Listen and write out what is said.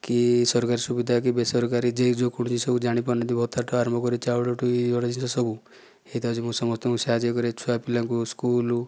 କି ସରକାରୀ ସୁବିଧା କି ବେସରକାରୀ ଯିଏ ଯେଉଁ କୌଣସି ଜିନିଷକୁ ଜାଣି ପାରୁନଥିବ ଅ ତା'ଠାରୁ ଆରମ୍ଭ କରି ଚାଉଳ ଠାରୁ ଇ ଅଢ଼େଇଷ ସବୁ ହେଇତକ ମୁଁ ସମସ୍ତଙ୍କୁ ସାହାଯ୍ୟ କରେ ଛୁଆପିଲାଙ୍କୁ ସ୍କୁଲ୍